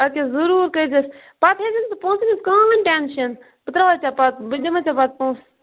ادٕ کیاہ ضُروٗر کٔرزیٚس پَتہٕ ہیٚزِنہ ژٕ پونٛسَن ہٕنٛز کٕہٕنۍ ٹٮ۪نشَن بہٕ تراوے ژےٚ پَتہٕ بہٕ دِمے ژےٚ پَتہٕ پونٛسہٕ